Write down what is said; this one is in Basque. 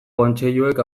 kontseiluek